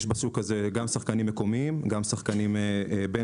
יש בשוק הזה גם שחקנים מקומיים וגם שחקנים בין-לאומיים.